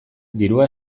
dirua